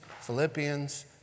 Philippians